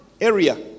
area